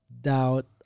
doubt